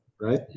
right